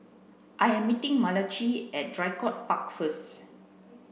I am meeting Malachi at Draycott Park first